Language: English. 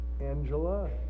Angela